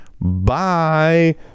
Bye